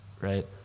right